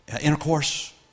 intercourse